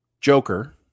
Joker